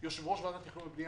צריך לאשר תב"ע.